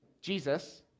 Jesus